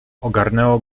ogarnęło